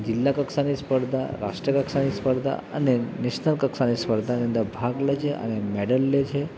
જિલ્લા કક્ષાની સ્પર્ધા રાસ્ટ્ર કક્ષાની સ્પર્ધા અને નેશનલ કક્ષાની સ્પર્ધાની અંદર ભાગ લે છે અને મેડલ લે છે